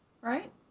right